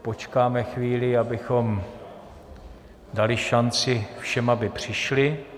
Počkáme chvíli, abychom dali šanci všem, aby přišli.